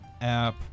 app